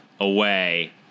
Away